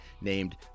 named